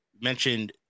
mentioned